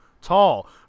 tall